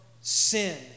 sin